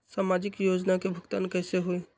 समाजिक योजना के भुगतान कैसे होई?